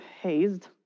hazed